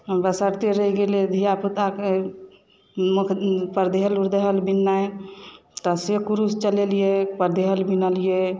हम बशर्ते रहि गेलिए धिया पूता के मुख पर देहल परदेहल बिननाइ तऽ से क्रूश चलेलियै परदेहल बिनलियै